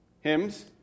Hymns